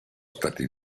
stati